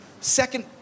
second